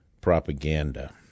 propaganda